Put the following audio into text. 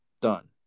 Done